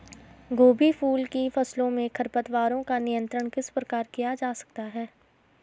गोभी फूल की फसलों में खरपतवारों का नियंत्रण किस प्रकार किया जा सकता है?